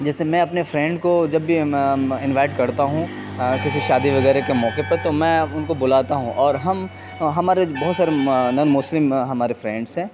جیسے میں اپنے فرینڈ کو جب بھی انوائٹ کرتا ہوں کسی شادی وغیرہ کے موقع پر تو میں ان کو بلاتا ہوں اور ہم ہمارے بہت سارے نان مسلم ہمارے فرینڈس ہیں